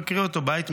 מקריא אותו בית משיר.